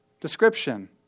description